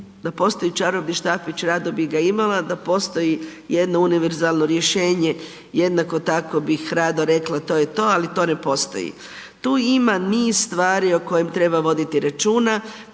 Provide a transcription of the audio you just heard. da postoji čarobni štapić rado bi ga imala, da postoji jedno univerzalno rješenje, jednako tako bih rado rekla to je to, ali to ne postoji. Tu ima niz stvari o kojem treba voditi računa,